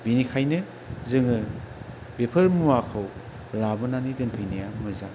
बेनिखायनो जोङो बेफोर मुवाखौ लाबोनानै दोनफैनाया मोजां